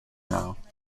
now